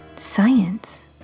Science